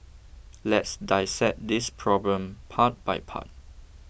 let's dissect this problem part by part